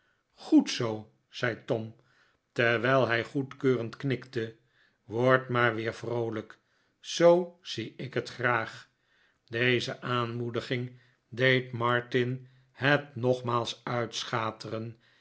goed zool zei tom terwijl hij goedkeurend knikte word maar weer vroolijk zoo zie ik het graag deze aanmoediging deed martin het nogmaals uitschateren